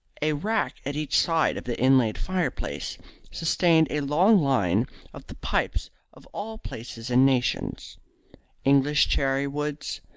a rack at each side of the inlaid fireplace sustained a long line of the pipes of all places and nations english cherrywoods,